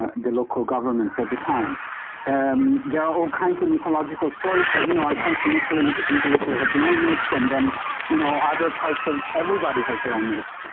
the local government at the time um, there are all kinds of mythological stories but you know i come from italy the jews of italy have their own myths and then you know other parts of everybody has their own knits.